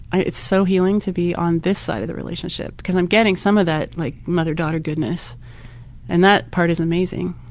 ah it's so healing to be on this side of the relationship because i'm getting some of that like mother-daughter goodness and that part is amazing.